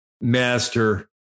master